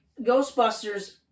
Ghostbusters